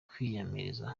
kwiyamiriza